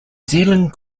zealand